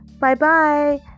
Bye-bye